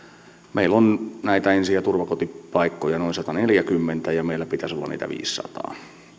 meillä on ensi ja turvakotipaikkoja noin sataneljäkymmentä ja meillä pitäisi olla niitä viisisataa